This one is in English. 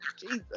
Jesus